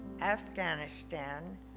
Afghanistan